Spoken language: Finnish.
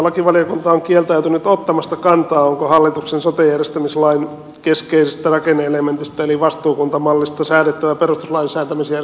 perustuslakivaliokunta on kieltäytynyt ottamasta kantaa onko hallituksen sote järjestämislain keskeisestä rakenne elementistä eli vastuukuntamallista säädettävä perustuslain säätämisjärjestyksessä vai ei